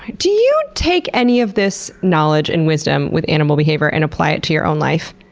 do you take any of this knowledge and wisdom with animal behavior and apply it to your own life?